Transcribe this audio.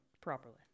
properly